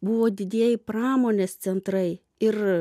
buvo didieji pramonės centrai ir